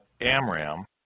Amram